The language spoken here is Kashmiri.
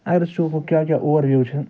اگر أسۍ وُچھو کیٛاہ کیٛاہ اَوٚوَر وِیو چھِ